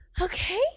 Okay